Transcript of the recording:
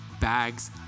bags